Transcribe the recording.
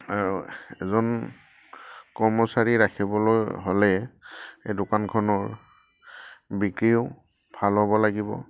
আৰু এজন কৰ্মচাৰী ৰাখিবলৈ হ'লে এই দোকানখনৰ বিক্ৰীও ভাল হ'ব লাগিব